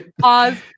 Pause